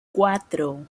cuatro